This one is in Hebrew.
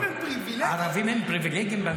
ערבים הם פריבילגים?